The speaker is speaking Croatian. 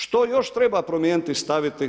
Što još treba promijeniti i staviti?